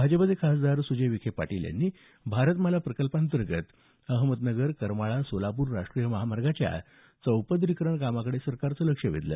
भाजपचे खासदार सुजय विखे पाटील यांनी भारतमाला प्रकल्पांतर्गत अहमदनगर करमाळा सोलापूर राष्ट्रीय महामार्गाच्या चौपदरीकरण कामांकडे सरकारचं लक्ष वेधलं